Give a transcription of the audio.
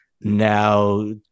now